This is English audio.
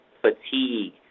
fatigue